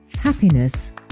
happiness